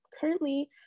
currently